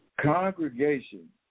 Congregation